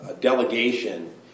delegation